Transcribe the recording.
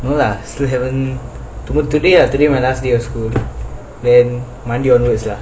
no lah still haven't today ah today my last day of school then monday onwards lah